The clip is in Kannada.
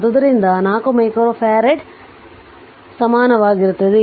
ಆದ್ದರಿಂದ ಈ 4 ಮೈಕ್ರೊ ಫರಾಡ್ಗೆ ಸಮನಾಗಿರುತ್ತದೆ